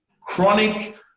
chronic